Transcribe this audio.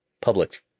public